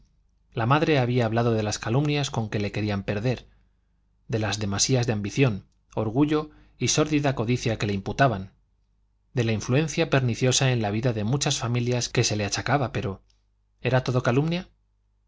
la madre había hablado de las calumnias con que le querían perder de las demasías de ambición orgullo y sórdida codicia que le imputaban de la influencia perniciosa en la vida de muchas familias que se le achacaba pero era todo calumnia